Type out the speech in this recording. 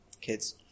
kids